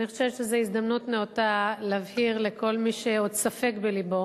אני חושבת שזאת הזדמנות נאותה להבהיר לכל מי שעוד ספק בלבו